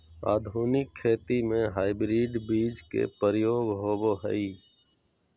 आधुनिक खेती में हाइब्रिड बीज के प्रयोग होबो हइ